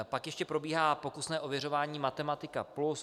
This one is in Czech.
Pak ještě probíhá pokusné ověřování matematika plus.